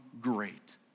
great